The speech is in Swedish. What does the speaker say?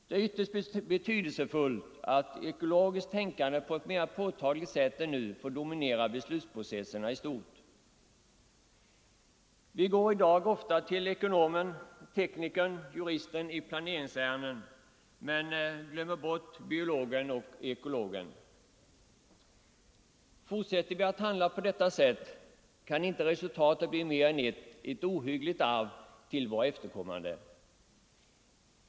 Det är ytterst betydelsefullt att ekologiskt tänkande på ett mera påtagligt sätt än nu får vara med i beslutsprocesserna. Vi går i dag ofta till ekonomen, teknikern och juristen i planeringsärenden men glömmer bort biologen och ekologen. Fortsätter vi att handla på detta sätt kan inte resultatet bli mer än ett — ett ohyggligt arv till våra efterkommande.